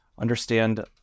understand